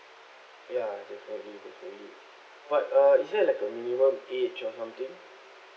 ya but uh is there like a minimum age or something